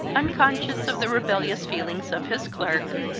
unconscious of the rebellious feelings of his clerk,